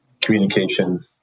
communication